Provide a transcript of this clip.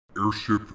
Airship